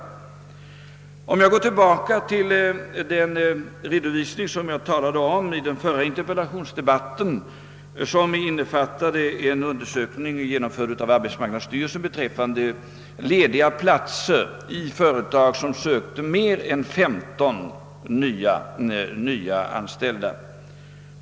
Jag vill gå tillbaka till den redovisning som jag nämnde i den föregående interpellationsdebatten och som innefattade en av arbetsmarknadsstyrelsen gjord undersökning beträffande l1ediga platser i företag, vilka sökte mer än 15 nyanställda.